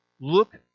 Look